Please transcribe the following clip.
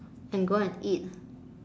and go and eat